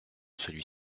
celui